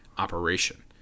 operation